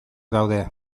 daude